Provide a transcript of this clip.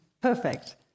perfect